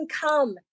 come